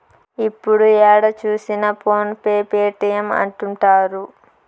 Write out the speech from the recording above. ఇప్పుడు ఏడ చూసినా ఫోన్ పే పేటీఎం అంటుంటారు